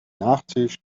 nachtisch